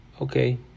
Okay